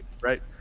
right